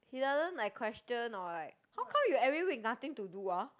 he doesn't like question or like how come you every week nothing to do ah